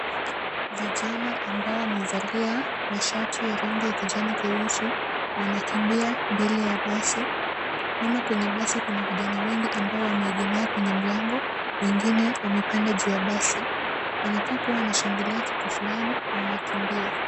Vijana ambao wamevalia mashati ya rangi ya kijani kibichi, wanakimbia mbele ya basi. Nyuma kwenye basi kuna vijana wengi ambao wameegemea kwenye mlango. Wengine wamepanda juu ya basi, wanakaa kuwa wanashangilia kitu fulani na wanakimbia.